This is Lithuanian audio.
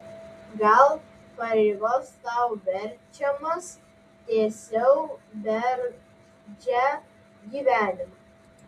gal pareigos tau verčiamas tęsiau bergždžią gyvenimą